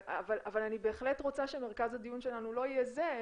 אבל אני בהחלט רוצה שמרכז הדיון שלנו לא יהיה זה,